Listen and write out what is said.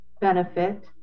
benefit